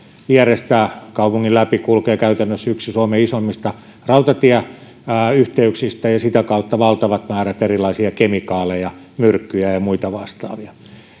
vierestä kaupungin läpi kulkee käytännössä yksi suomen isoimmista rautatieyhteyksistä ja sitä kautta valtavat määrät erilaisia kemikaaleja myrkkyjä ja muita vastaavia